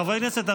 חברי הכנסת,